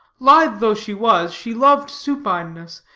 lithe though she was, she loved supineness,